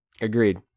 Agreed